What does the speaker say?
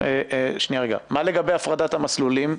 מה לגבי הפרדת המסלולים?